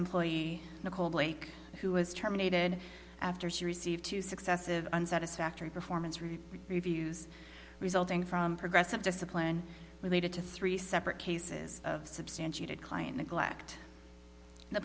employee who was terminated after she received two successive unsatisfactory performance review reviews resulting from progressive discipline related to three separate cases of substantiated client neglect the